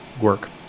work